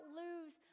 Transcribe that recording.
lose